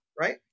right